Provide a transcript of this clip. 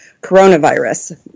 coronavirus